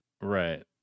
Right